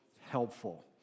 helpful